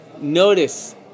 notice